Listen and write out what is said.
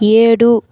ఏడు